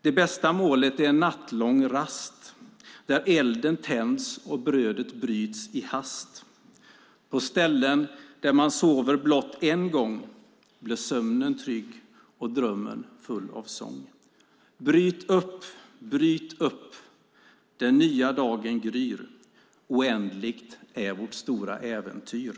Det bästa målet är en nattlång rast, där elden tänds och brödet bryts i hast. På ställen, där man sover blott en gång, blir sömnen trygg och drömmen full av sång. Bryt upp, bryt upp! Den nya dagen gryr. Oändligt är vårt stora äventyr."